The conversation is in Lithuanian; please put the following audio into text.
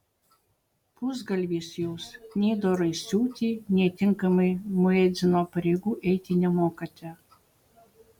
pusgalvis jūs nei dorai siūti nei tinkamai muedzino pareigų eiti nemokate